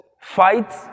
fight